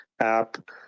app